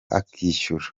akishyura